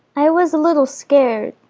i was a little scared,